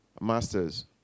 masters